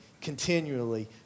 continually